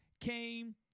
came